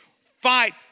fight